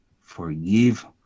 Forgive